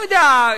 לא יודע.